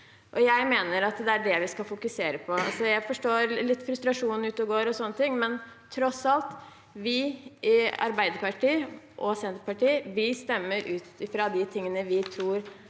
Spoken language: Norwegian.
jeg mener at det er det vi skal fokusere på. Jeg forstår at det er litt frustrasjon ute og går og sånne ting, men tross alt: Arbeiderpartiet og Senterpartiet stemmer ut fra de tingene vi tror er